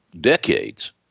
decades